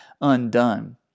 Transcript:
undone